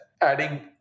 adding